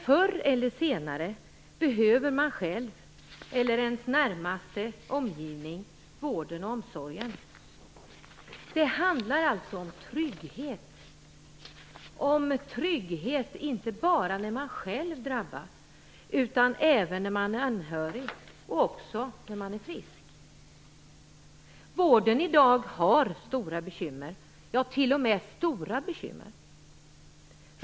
Förr eller senare behöver man själv eller ens närmaste omgivning vården och omsorgen. Det handlar alltså om trygghet, inte bara när man drabbats, utan även när man är anhörig och också när man är frisk. Vården i dag har bekymmer! Ja, till och med stora bekymmer.